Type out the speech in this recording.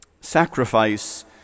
Sacrifice